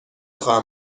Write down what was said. خواهم